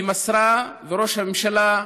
היא מסרה, וראש הממשלה,